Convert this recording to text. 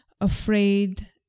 afraid